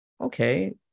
okay